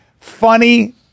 funny